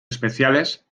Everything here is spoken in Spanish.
especiales